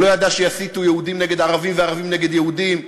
הוא לא ידע שיסיתו יהודים נגד ערבים וערבים נגד יהודים.